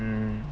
um